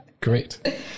Great